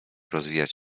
rozwijać